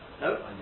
No